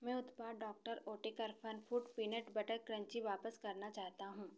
मैं उत्पाद doctor Oetker Funfood peanut butter crunchy वापस करना चाहता हूँ